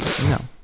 No